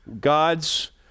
God's